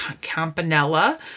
Campanella